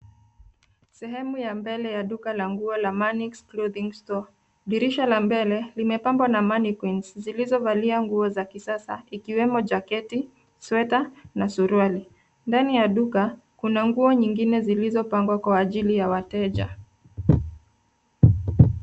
Sehemu ya mbele ya duka la nguo la Manix Clothing Store . Dirisha la mbele limepambwa na Mannequins zilizovalia nguo za kisasa ikiwemo jacketi, sweta na suruali. Ndani ya duka kuna nguo zingine zilizopangwa kwa ajili ya wateja.